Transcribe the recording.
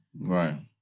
Right